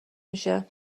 میشه